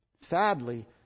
Sadly